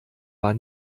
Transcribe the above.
war